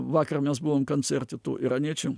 vakar mes buvom kancerte tų iraniečių